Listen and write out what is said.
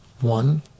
One